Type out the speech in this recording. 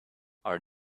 our